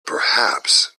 perhaps